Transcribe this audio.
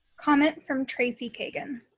comment from tracie cagen.